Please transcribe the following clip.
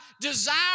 desire